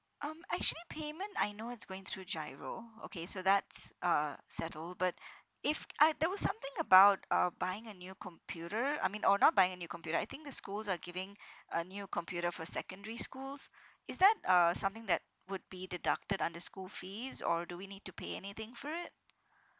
um actually payment I know it's going through giro okay so that's uh settled but if I there was something about uh buying a new computer I mean oh not buying a new computer I think the schools are giving a new computer for secondary schools is that uh something that would be deducted under school fees or do we need to pay anything for it